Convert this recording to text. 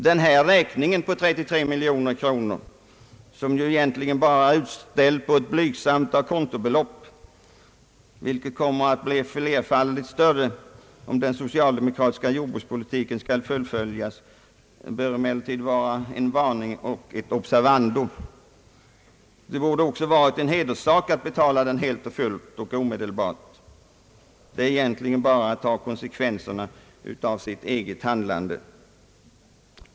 Den här räkningen på 33 miljoner kronor, som ju egentligen bara är utställd på ett blygsamt a conto-belopp — vilket kommer att bli flerfaldigt större om den socialdemokratiska jordbrukspolitiken skall fullföljas — bör emellertid vara en varning och ett observandum. Det torde också ha varit en hederssak att betala den helt och fullt och omedelbart. Det är egentligen bara att ta konsekvenserna av sitt eget handlande.